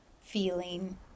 feeling